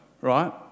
right